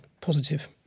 positive